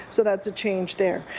so that's a change there.